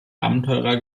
abenteurer